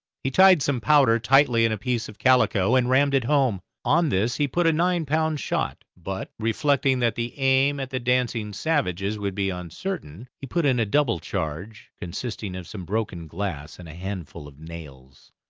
he tied some powder tightly in a piece of calico and rammed it home. on this he put a nine-pound shot but, reflecting that the aim at the dancing savages would be uncertain, he put in a double charge, consisting of some broken glass and a handful of nails.